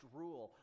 rule